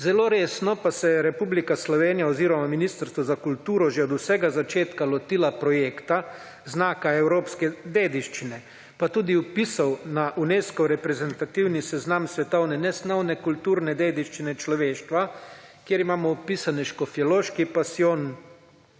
Zelo resno pa se je Republika Slovenija oziroma Ministrstvo za kulturo že od vsega začetka lotila projekta znaka evropske dediščine pa tudi vpisov na Unesco reprezentativni seznam svetovne nesnovne kulturne dediščine človeštva, kjer imamo vpisane Škofjeloški pasijon,